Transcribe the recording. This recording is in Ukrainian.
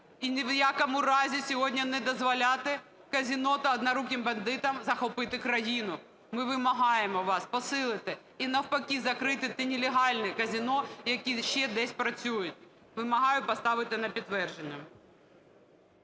ні в якому разі сьогодні не дозволяти казино та "одноруким бандитам" захопити країну. Ми вимагаємо від вас посилити і навпаки закрити ті нелегальні казино, які ще десь працюють. Вимагаю поставити на підтвердження.